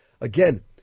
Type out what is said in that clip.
Again